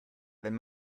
wenn